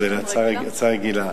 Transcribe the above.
זו הצעה רגילה.